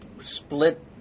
split